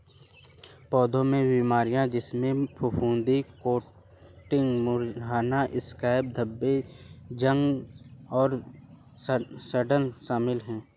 पौधों की बीमारियों जिसमें फफूंदी कोटिंग्स मुरझाना स्कैब्स धब्बे जंग और सड़ांध शामिल हैं